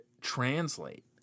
translate